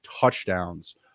touchdowns